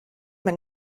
man